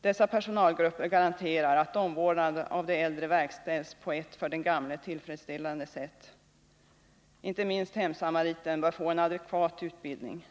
Dessa personalgrupper garanterar att omvårdnaden av de äldre verkställs på ett för den gamle tillfredsställande sätt. Inte minst hemsamariten bör få en adekvat utbildning.